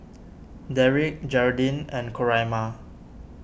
Derik Jeraldine and Coraima